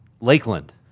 Lakeland